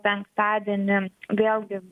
penktadienį vėlgi